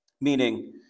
meaning